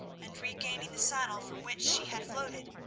and regaining the saddle, from which she had floated,